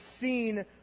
seen